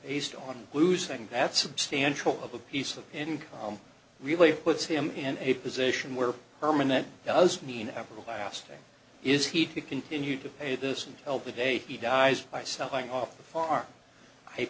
stone losing that substantial of a piece of income really puts him in a position where permanent does mean every last thing is he could continue to pay this until the day he dies by selling off the farm i